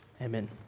Amen